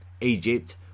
Egypt